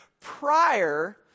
prior